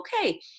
Okay